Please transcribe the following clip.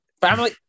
Family